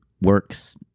works